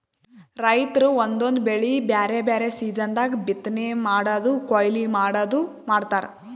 ರೈತರ್ ಒಂದೊಂದ್ ಬೆಳಿ ಬ್ಯಾರೆ ಬ್ಯಾರೆ ಸೀಸನ್ ದಾಗ್ ಬಿತ್ತನೆ ಮಾಡದು ಕೊಯ್ಲಿ ಮಾಡದು ಮಾಡ್ತಾರ್